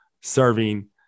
serving